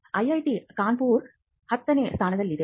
IIT Kanpur 10 ನೇ ಸ್ಥಾನದಲ್ಲಿದೆ